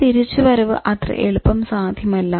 ഒരു തിരിച്ചുവരവ് അത്ര എളുപ്പം സാധ്യമല്ല